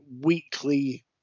weekly